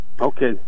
Okay